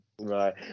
right